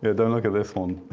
don't look at this one.